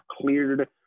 cleared